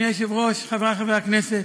אדוני היושב-ראש, חברי חברי הכנסת,